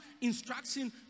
instruction